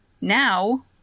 now